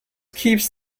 keeps